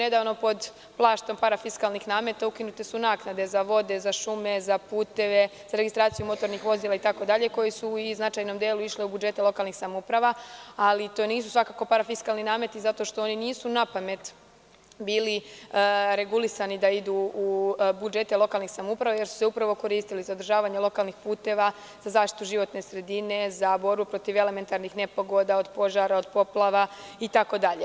Nedavno pod plaštom parafiskalnih nameta ukinute su naknade za vode, za šume, za puteve, za registraciju motornih vozila itd, koji su u značajnom delu išle u budžete lokalnih samouprava, ali to nisu svakako parafiskalni nameti zato što oni nisu na pamet bili regulisani da idu u budžete lokalnih samouprave, jer su se upravo koristili za održavanje lokalnih puteva, za zaštitu životne sredine, za borbu protiv elementarnih nepogoda, od požara, od poplava itd.